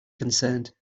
concerned